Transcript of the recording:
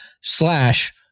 slash